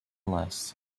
less